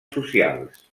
socials